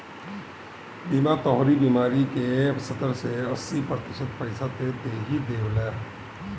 बीमा तोहरे बीमारी क सत्तर से अस्सी प्रतिशत पइसा त देहिए देवेला